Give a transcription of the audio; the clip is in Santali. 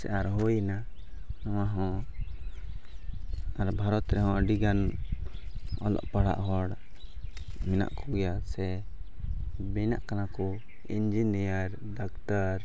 ᱥᱮ ᱟᱨ ᱦᱩᱭᱱᱟ ᱱᱚᱣᱟ ᱦᱚᱸ ᱟᱨ ᱵᱷᱟᱨᱚᱛ ᱨᱮᱦᱚᱸ ᱟᱹᱰᱤ ᱜᱟᱱ ᱚᱞᱚᱜ ᱯᱟᱲᱦᱟᱜ ᱦᱚᱲ ᱢᱮᱱᱟᱜ ᱠᱚ ᱜᱮᱭᱟ ᱥᱮ ᱵᱮᱱᱟᱜ ᱠᱟᱱᱟ ᱠᱚ ᱤᱱᱡᱤᱱᱤᱭᱟᱨ ᱰᱟᱠᱛᱟᱨ